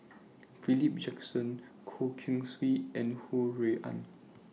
Philip Jackson Goh Keng Swee and Ho Rui An